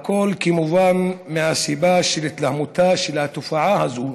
הכול כמובן מהסיבה של התגברותה של התופעה הזאת,